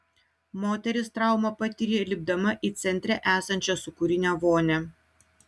moteris traumą patyrė lipdama į centre esančią sūkurinę vonią